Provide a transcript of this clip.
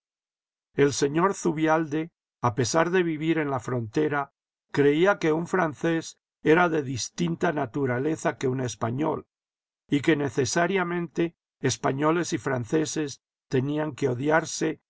el señor zubialde a pesar de vivir en la frontera creía que un francés era de distinta naturaleza que un español y que necesariamente españoles y franceses tenían que odiarse